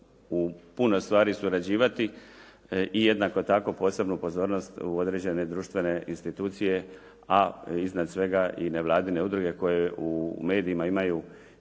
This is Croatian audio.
u puno stvari surađivati i jednako tako posebnu pozornost u određene društvene institucije a iznad svega i nevladine udruge koje u medijima imaju po